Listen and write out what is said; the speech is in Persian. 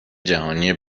جهانی